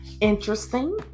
interesting